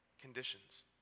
conditions